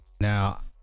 Now